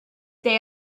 they